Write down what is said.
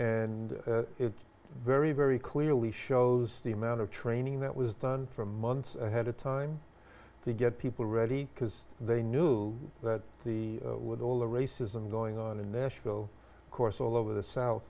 and it very very clearly shows the amount of training that was done for months ahead of time to get people ready because they knew that the with all the racism going on in nashville course all over the south